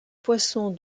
poisson